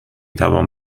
توان